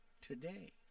today